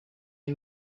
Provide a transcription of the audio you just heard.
are